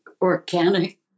organic